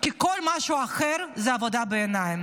כי כל משהו אחר זה עבודה בעיניים.